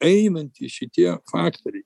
einantys šitie faktoriai